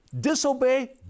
Disobey